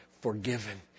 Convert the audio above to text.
forgiven